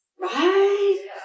Right